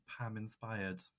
Pam-inspired